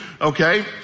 okay